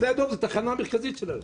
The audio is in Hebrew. שדה דב זו התחנה המרכזית שלהם.